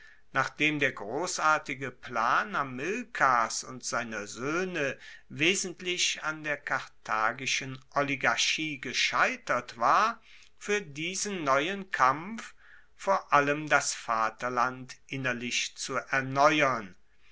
nachdem der grossartige plan hamilkars und seiner soehne wesentlich an der karthagischen oligarchie gescheitert war fuer diesen neuen kampf vor allem das vaterland innerlich zu erneuern